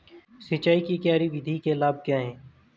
सिंचाई की क्यारी विधि के लाभ क्या हैं?